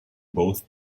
both